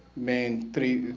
main three,